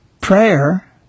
Prayer